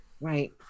Right